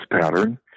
pattern